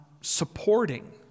supporting